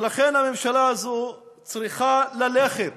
לכן הממשלה הזו צריכה ללכת,